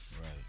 Right